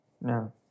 No